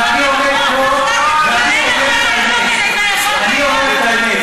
ואני עומד פה ואני אומר את האמת.